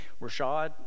Rashad